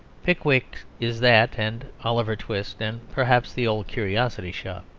pickwick is that and oliver twist, and, perhaps, the old curiosity shop.